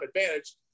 advantage